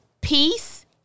peace